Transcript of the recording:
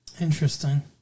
Interesting